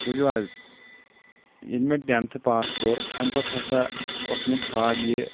بوُزِو حظ ییلہِ مےٚ ٹینٹھ پاس کوٚر امہِ پتہٕ ہسا اوس مےٚ خواب یہِ